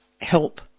help